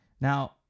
Now